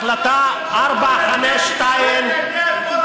החלטה זו באה בעקבות החלטות אחרות,